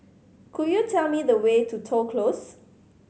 could you tell me the way to Toh Close